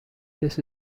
this